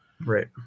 Right